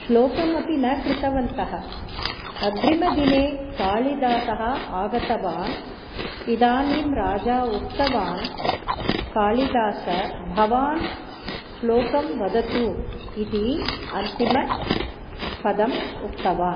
श्लोकमपि न कृतवन्तः अग्रिमदिने कालिदासः आगतवान् इदानीं राजा उक्तवान् कालिदासः भवान् श्लोकं वदतु इति अन्तिमपदम् उक्तवान्